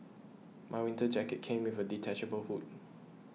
my winter jacket came with a detachable hood